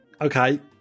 Okay